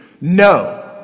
No